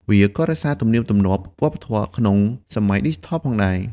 វាក៏រក្សាទំនៀមទម្លាប់វប្បធម៌ក្នុងសម័យឌីជីថលផងដែរ។